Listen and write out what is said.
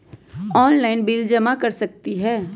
Online bill जमा कर सकती ह?